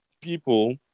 people